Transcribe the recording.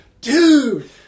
dude